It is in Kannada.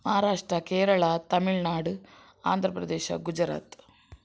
ಮಹಾರಾಷ್ಟ್ರ ಕೇರಳ ತಮಿಳ್ನಾಡು ಆಂಧ್ರ ಪ್ರದೇಶ ಗುಜರಾತ್